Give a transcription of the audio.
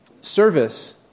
service